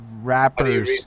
rappers